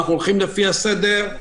אנחנו הולכים לפי הסדר,